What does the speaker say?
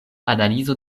analizo